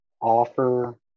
offer